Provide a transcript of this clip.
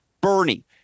Bernie